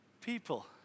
people